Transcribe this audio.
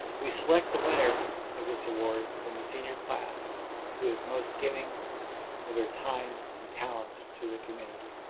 we select the winner of this award from the senior class who is most giving of their time and talents to the community.